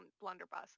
blunderbuss